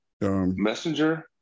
messenger